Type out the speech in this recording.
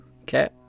Okay